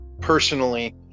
personally